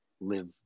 live